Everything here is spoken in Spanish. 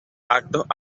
actos